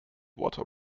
water